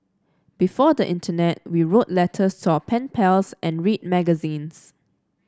before the internet we wrote letters to our pen pals and read magazines